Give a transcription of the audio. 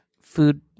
food